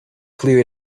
clear